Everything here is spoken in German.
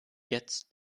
jetzt